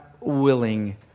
willing